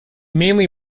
mainly